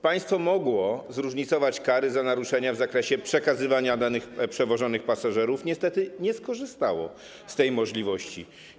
Państwo mogło zróżnicować kary za naruszenia w zakresie przekazywania danych przewożonych pasażerów, niestety nie skorzystało z tej możliwości.